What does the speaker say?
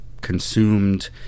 consumed